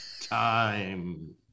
time